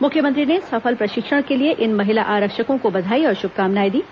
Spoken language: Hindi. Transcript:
मुख्यमंत्री ने सफल प्रशिक्षण के लिए इन महिला आरक्षकों को बधाई और शुभकामनाएं दीं